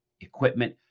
Equipment